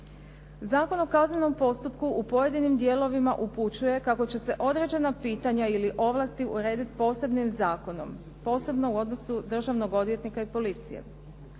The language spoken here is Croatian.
Zakon o kaznenom postupku u pojedinim dijelovima upućuje kako će se određena pitanja ili ovlasti urediti posebnim zakonom, posebno u odnosu državnog odvjetnika i policije.